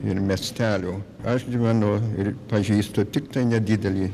ir miestelių aš gyvenu ir pažįstu tiktai nedidelį